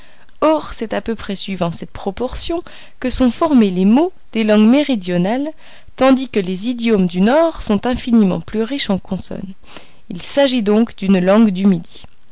or c'est à peu près suivant cette proportion que sont formés les mots des langues méridionales tandis que les idiomes du nord sont infiniment plus riches en consonnes il s'agit donc d'une langue du midi